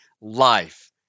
life